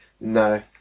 no